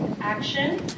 Action